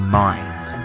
mind